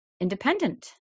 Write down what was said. independent